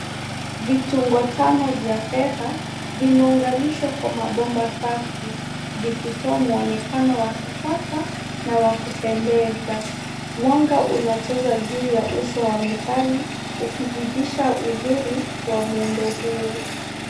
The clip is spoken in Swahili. Vitungo tano vya fedha, vimeunganishwa kwa mabomba safi, vikitoa mwonekano wa kisasa na wa kupendeza. Mwanga unacheza juu ya uso wa metali, ukizidisha uzuri wa muundo huo.